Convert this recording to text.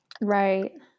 Right